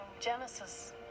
Genesis